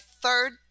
third